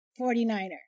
49er